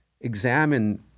examine